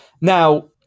Now